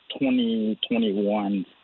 2021